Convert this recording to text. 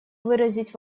выразить